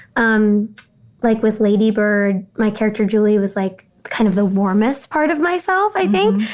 um like with ladybird, my character julia was like kind of the warmest part of myself, i think.